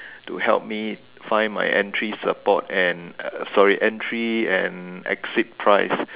to help me find my entry support and sorry entry and exit price